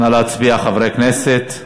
נא להצביע, חברי הכנסת.